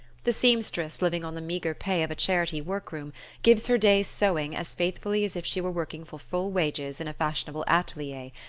the seam-stress living on the meagre pay of a charity work-room gives her day's sewing as faithfully as if she were working for full wages in a fashionable atelier,